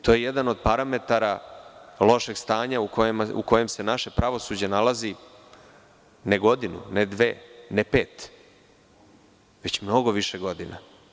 To je jedan od parametara lošeg stanje u kojem se naše pravosuđe nalazi, ne godinu, ne dve, ne pet, već mnogo više godina.